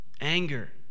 Anger